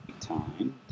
Time